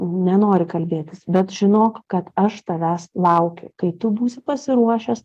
nenori kalbėtis bet žinok kad aš tavęs laukiu kai tu būsi pasiruošęs